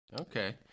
Okay